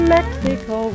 Mexico